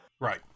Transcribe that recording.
Right